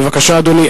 בבקשה, אדוני.